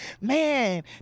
Man